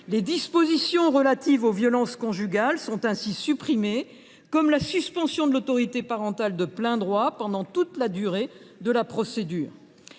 Les dispositions relatives aux violences conjugales sont ainsi supprimées, comme la suspension de l’autorité parentale de plein droit pendant toute la durée de la procédure.